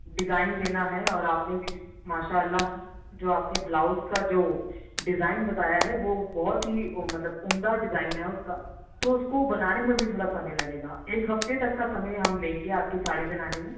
design دینا ہے اور آپ نے بھی ماشاء اللہ جو آپ کے بلاؤز کا جو ڈیزائن بتایا ہے وہ بہت ہی وہ مطلب عمدہ ڈیزائن ہے اس کا تو اس کو بنانے میں بھی تھوڑا سمئے لگے گا ایک ہفتے تک کا ہم سمئے لیں گے آپ کی ساڑی بنانے میں